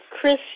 Chris